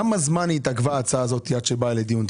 כמה זמן התעכבה ההצעה הזו עד שבאה לדיון?